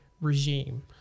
regime